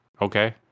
okay